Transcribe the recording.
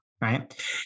Right